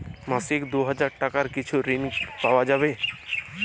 মাসিক দুই হাজার টাকার কিছু ঋণ কি পাওয়া যাবে?